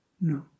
No